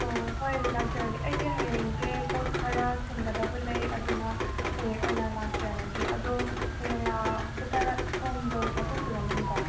ꯑꯣ ꯍꯣꯏ ꯂꯥꯛꯆꯔꯒꯦ ꯑꯩꯁꯦ ꯍꯌꯦꯡꯁꯦ ꯄꯣꯠ ꯈꯔ ꯊꯤꯟꯒꯗꯕ ꯂꯩ ꯑꯗꯨꯅ ꯍꯌꯦꯡ ꯑꯣꯏꯅ ꯂꯥꯛꯆꯔꯒꯦ ꯑꯗꯣ ꯍꯌꯦꯡ ꯂꯥꯛꯄꯗ ꯁꯣꯝꯗꯣ ꯆꯠꯊꯣꯛꯄꯤꯔꯝꯂꯅꯨꯀꯣ